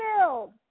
build